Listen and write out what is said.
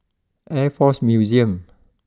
Air Force Museum